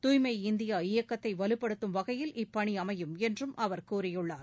தூய்மை இந்தியா இயக்கத்தை வலுபடுத்தும் வகையில் இப்பணி அமையும் என்றும் அவர் கூறியுள்ளார்